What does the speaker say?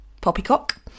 poppycock